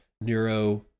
Neuro